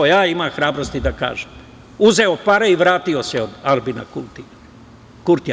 Ja imam hrabrosti da kažem - uzeo je pare i vratio se od Aljbina Kurtija.